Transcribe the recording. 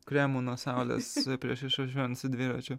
kremu nuo saulės prieš išvažiuojant su dviračiu